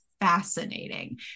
fascinating